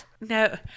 No